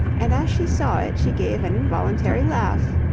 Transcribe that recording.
and as she saw it she gave an involuntary laugh.